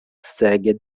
szeged